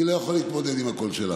אני לא יכול להתמודד עם הקול שלך,